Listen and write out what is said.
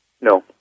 No